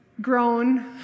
grown